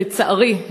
לצערי,